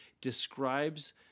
describes